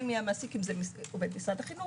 מי המעסיק אם זה עובד משרד החינוך,